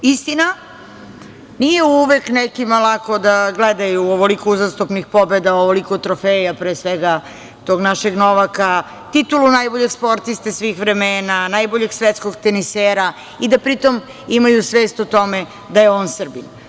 Istina, nije uvek nekima lako da gledaju ovoliko uzastopnih pobeda i ovoliko trofeja, pre svega, tog našeg Novaka, titulu najboljeg sportiste svih vremena, najboljeg svetskog tenisera i da pri tome imaju svest o tome da je on Srbin.